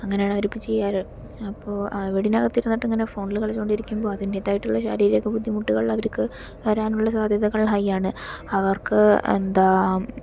അങ്ങനെയാണ് അവരിപ്പോൾ ചെയ്യാറ് അപ്പോൾ വീടിനകത്ത് ഇരുന്നിട്ട് ഇങ്ങനെ ഫോണിൽ കളിച്ചുകൊണ്ടിരിക്കുമ്പോൾ അതിന്റേതായിട്ടുള്ള ശാരീരിക ബുദ്ധിമുട്ടുകൾ അവർക്ക് വരാനുള്ള സാധ്യതകൾ ഹൈ ആണ് അവർക്ക് എന്താ